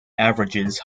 averages